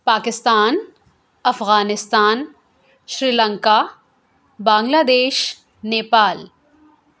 Pakistan Afghanistan Sri Lanka Bangladesh Nepal